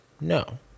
No